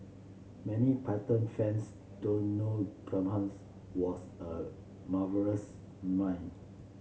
many Python fans don't know Graham's was a marvellous mime